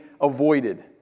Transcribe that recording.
avoided